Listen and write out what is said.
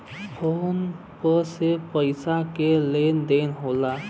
phone पे से पइसा क लेन देन होला